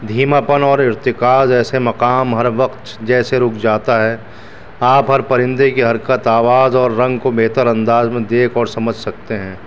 دھیما پن اور ارتقاس ایسے مقام ہر وقت جیسے رک جاتا ہے آپ ہر پرندے کی حرکت آواز اور رنگ کو بہتر انداز میں دیکھ اور سمجھ سکتے ہیں